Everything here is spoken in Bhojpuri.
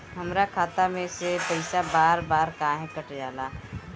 हमरा खाता में से पइसा बार बार काहे कट जाला?